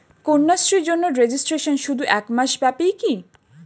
কন্যাশ্রীর জন্য রেজিস্ট্রেশন শুধু এক মাস ব্যাপীই কি?